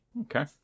okay